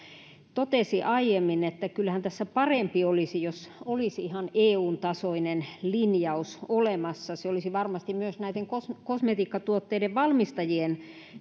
totesi täällä aiemmin että kyllähän tässä parempi olisi jos olisi ihan eun tasoinen linjaus olemassa se olisi varmasti myös näiden kosmetiikkatuotteiden valmistajien